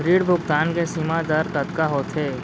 ऋण भुगतान के सीमा दर कतका होथे?